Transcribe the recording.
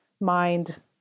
mind